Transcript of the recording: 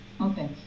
Okay